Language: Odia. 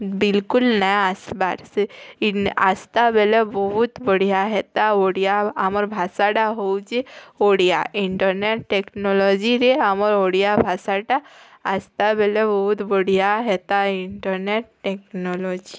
ବିଲ୍କୁଲ୍ ନା ଆସ୍ବାର୍ ସେ ଇନ୍ ଆସ୍ତା ବେଲେ ବହୁତ୍ ବଢ଼ିଆ ହେତା ଓଡ଼ିଆ ଆମର ଭାଷାଟା ହେଉଛି ଓଡ଼ିଆ ଇଣ୍ଟରନେଟ୍ ଟେକ୍ନୋଲୋଜିରେ ଆମର ଓଡ଼ିଆ ଭାଷାଟା ଆସ୍ତା ବେଲେ ବହୁତ୍ ବଢ଼ିଆ ହେତା ଇଣ୍ଟରନେଟ୍ ଟେକ୍ନୋଲୋଜି